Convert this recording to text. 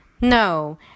No